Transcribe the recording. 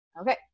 Okay